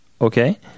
Okay